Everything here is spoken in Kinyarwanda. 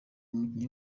umukinnyi